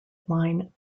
line